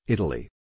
Italy